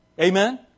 amen